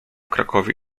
krakowie